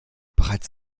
bereits